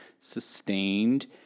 sustained